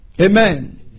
Amen